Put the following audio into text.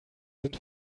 sind